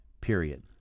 period